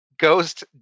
Ghost